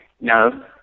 No